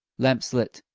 lamps lit.